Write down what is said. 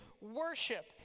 worship